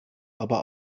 aber